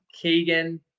Keegan